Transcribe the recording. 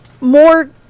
more